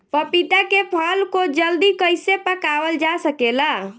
पपिता के फल को जल्दी कइसे पकावल जा सकेला?